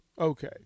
okay